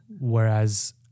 whereas